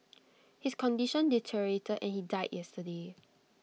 his condition deteriorated and he died yesterday